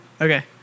Okay